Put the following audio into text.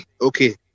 okay